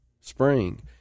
spring